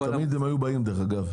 תמיד הם היו באים דווקא.